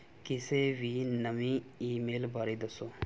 ਕਿਸੇ ਵੀ ਨਵੀਂ ਈਮੇਲ ਬਾਰੇ ਦੱਸੋ